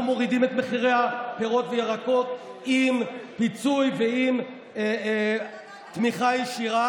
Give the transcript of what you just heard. אנחנו מורידים את מחירי הפירות והירקות עם פיצוי ועם תמיכה ישירה,